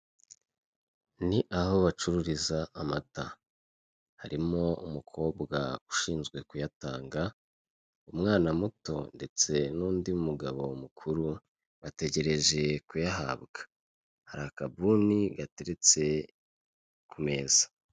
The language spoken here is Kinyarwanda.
Inzu nziza cyane z'amabara agiye atandukanye, harimo izifite amatafari gusa iziteye karabasasu hakurya hari izisakaje amabati y'umutuku umukara isize amarangi y'umweru hagati no hagati harimo ibiti mubigaragara rwose birasa neza biraryoshye.